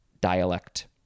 dialect